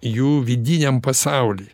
jų vidiniam pasauly